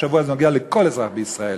זה נוגע לכל אזרח בישראל,